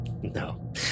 No